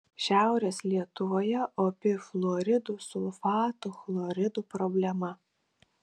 šiaurės lietuvoje opi fluoridų sulfatų chloridų problema